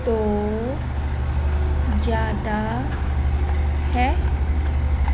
ਤੋਂ ਜ਼ਿਆਦਾ ਹੈ